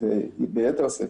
וביתר שאת,